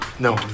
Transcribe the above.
No